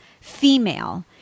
female